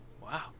Wow